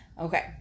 Okay